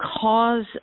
cause